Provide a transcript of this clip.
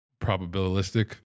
probabilistic